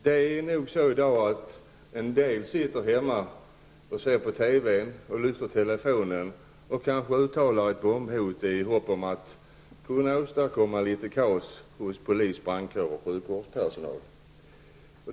Det är nog så i dag att en del sitter hemma och ser på TV samt lyfter telefonluren och uttalar ett bombhot i hopp om att kunna åstadkomma en del kaos hos polis, brandkår och sjukvårdspersonal.